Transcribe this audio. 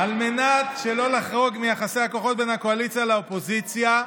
על מנת שלא לחרוג מיחסי הכוחות בין הקואליציה לאופוזיציה,